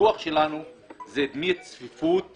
הוויכוח שלנו זה דמי צפיפות